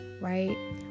right